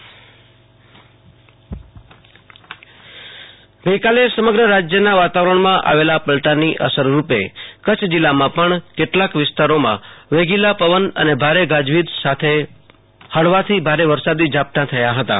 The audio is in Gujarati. આશુતોષ અંતાણી હવામાન વરસાદ ગઈકાલે સમગ્ર રાજ્યના વાતાવરણમાં આવેલા પલટાની અસરરૂપે કચ્છ જિલ્લામાં પણ કેટલાક વિસ્તારોમાં વેગીલા પવન અને ભારે ગાજવીજ સાથે હળવાથી ભારે વરસાદી ઝાપટાં થયાં હતાં